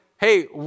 hey